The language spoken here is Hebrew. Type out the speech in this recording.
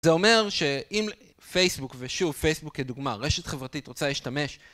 זה אומר שאם פייסבוק ושוב פייסבוק כדוגמה רשת חברתית רוצה להשתמש